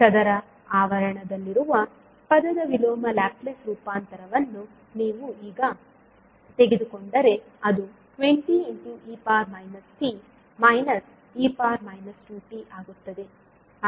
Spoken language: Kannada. ಚದರ ಆವರಣದಲ್ಲಿರುವ ಪದದ ವಿಲೋಮ ಲ್ಯಾಪ್ಲೇಸ್ ರೂಪಾಂತರವನ್ನು ನೀವು ಈಗ ತೆಗೆದುಕೊಂಡರೆ ಅದು 20 e t e 2t ಆಗುತ್ತದೆ